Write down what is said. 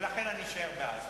ולכן אני אשאר בעזה,